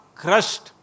crushed